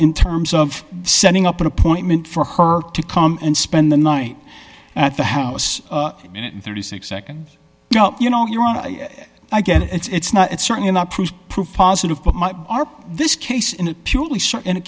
in terms of setting up an appointment for her to come and spend the night at the house and in thirty six seconds you know you know here i i get it it's not it's certainly not proof proof positive but my are this case in a purely